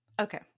Okay